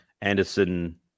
Anderson